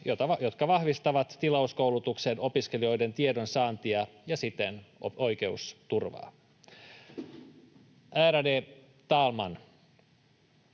jotka vahvistavat tilauskoulutuksen opiskelijoiden tiedonsaantia ja siten oikeusturvaa. Ärade talman!